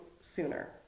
sooner